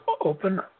open